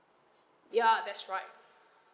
ya that's right